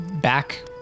back